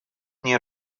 nie